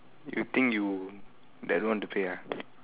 you think you that want to pay ah